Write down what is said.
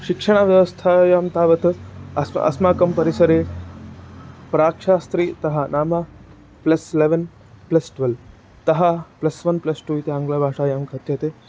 शिक्षणव्यवस्थायां तावत् अस्माकम् अस्माकं परिसरे प्राक्शास्त्रीतः नाम प्लस् लेवन् प्लस् ट्वेल्व् तः प्लस् वन् प्लस् टू इति आङ्ग्लभाषायां कथ्यते